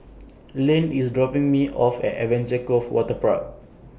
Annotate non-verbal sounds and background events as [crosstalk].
[noise] Lane IS dropping Me off At Adventure Cove Waterpark